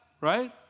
right